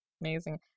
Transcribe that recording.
Amazing